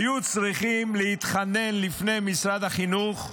היו צריכים להתחנן לפני משרד החינוך,